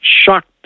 shocked